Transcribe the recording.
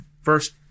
first